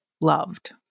loved